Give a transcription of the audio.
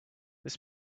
this